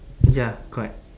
ya correct